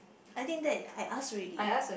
I think that I ask already